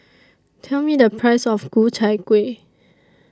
Tell Me The Price of Ku Chai Kueh